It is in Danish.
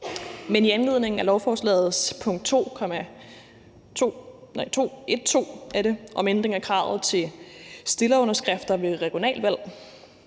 Men i anledning af lovforslagets pkt. 2.1.2 om ændring af kravet til stillerunderskrifter ved regionalvalg